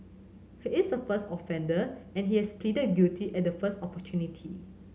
he is a first offender and he has pleaded guilty at the first opportunity